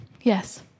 Yes